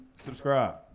subscribe